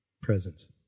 presence